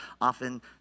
often